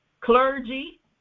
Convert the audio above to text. clergy